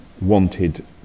wanted